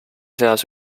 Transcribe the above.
seas